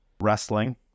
wrestling